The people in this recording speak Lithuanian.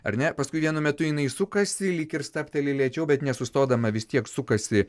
ar ne paskui vienu metu jinai sukasi lyg ir stabteli lėčiau bet nesustodama vis tiek sukasi